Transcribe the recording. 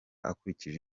akurikije